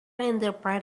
interpret